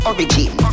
Origin